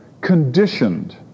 conditioned